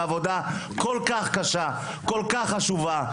בעבודה כל כך קשה וכל כך חשובה,